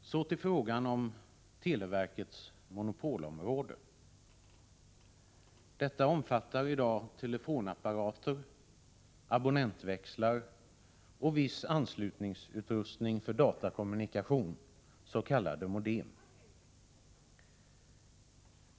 Så till frågan om televerkets monopolområde. Detta omfattar i dag telefonapparater, abonnentväxlar och viss anslutningsutrustning för datakommunikation, s.k. modem.